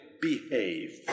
Behave